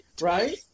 Right